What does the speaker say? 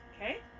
okay